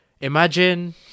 imagine